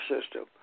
system